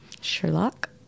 Sherlock